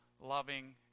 loving